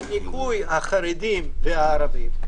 -- בניכוי החרדים והערבים.